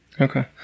okay